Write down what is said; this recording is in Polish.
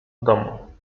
domu